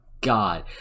god